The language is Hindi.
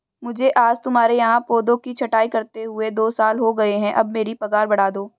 मुझे आज तुम्हारे यहाँ पौधों की छंटाई करते हुए दो साल हो गए है अब मेरी पगार बढ़ा दो